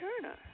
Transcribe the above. Turner